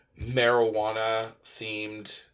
marijuana-themed